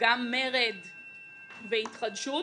גם מרד והתחדשות,